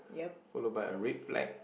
follow by a red flag